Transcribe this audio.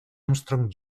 armstrong